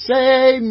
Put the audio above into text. Say